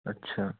আচ্ছা